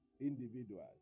individuals